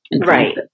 Right